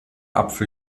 apfel